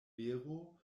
vero